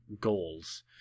goals